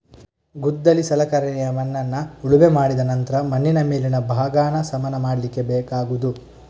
ಗುದ್ದಲಿ ಸಲಕರಣೆ ಮಣ್ಣನ್ನ ಉಳುಮೆ ಮಾಡಿದ ನಂತ್ರ ಮಣ್ಣಿನ ಮೇಲಿನ ಭಾಗಾನ ಸಮ ಮಾಡ್ಲಿಕ್ಕೆ ಬೇಕಾಗುದು